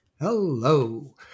Hello